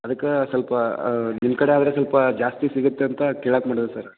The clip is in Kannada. ಅದಕ್ಕೆ ಸ್ವಲ್ಪ ನಿಮ್ಮ ಕಡೆ ಆದರೆ ಸ್ವಲ್ಪ ಜಾಸ್ತಿ ಸಿಗುತ್ತೆ ಅಂತ ಕೇಳಾಕ ಮಾಡಿದೆ ಸರ್